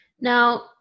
Now